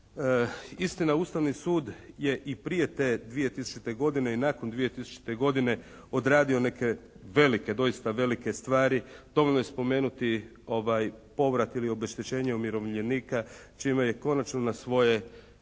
Istina, Ustavni sud je i prije te 2000. godine i nakon 2000. godine odradio neke velike, doista velike stvari. Dovoljno je spomenuti povrat ili obeštećenje umirovljenika čime je konačno na svoje